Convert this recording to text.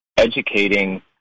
educating